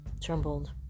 trembled